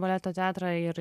baleto teatrą ir